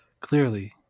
Clearly